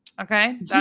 Okay